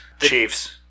Chiefs